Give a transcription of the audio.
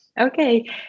okay